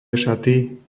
šaty